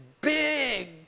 big